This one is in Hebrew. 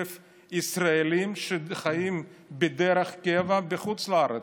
ישראלים שחיים דרך קבע בחוץ לארץ,